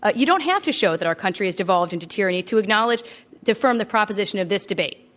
but you don't have to show that our country has devolved into tyranny to acknowled ge, confirm the proposition of this debate,